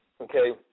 okay